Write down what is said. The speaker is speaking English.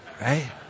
Right